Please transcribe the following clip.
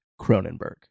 Cronenberg